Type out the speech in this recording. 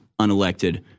unelected